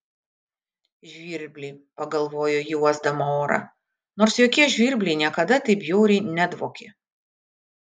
žvirbliai pagalvojo ji uosdama orą nors jokie žvirbliai niekada taip bjauriai nedvokė